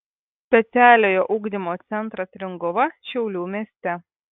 specialiojo ugdymo centras ringuva šiaulių mieste